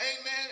amen